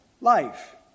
life